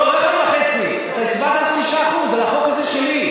לא, לא 1.5%, אתה הצבעת על 5%, על החוק הזה שלי.